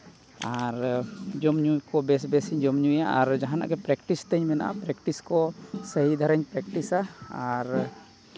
ᱟᱨ ᱡᱚᱢᱼᱧᱩ ᱠᱚ ᱵᱮᱥ ᱵᱮᱥᱤᱧ ᱡᱚᱢ ᱧᱩᱭᱟ ᱟᱨ ᱡᱟᱦᱟᱱᱟᱜ ᱜᱮ ᱯᱨᱮᱠᱴᱤᱥ ᱛᱤᱧ ᱢᱮᱱᱟᱜᱼᱟ ᱯᱨᱮᱠᱴᱤᱥ ᱠᱚ ᱥᱟᱹᱦᱤ ᱫᱷᱟᱨᱟᱧ ᱯᱨᱮᱠᱴᱤᱥᱟ ᱟᱨ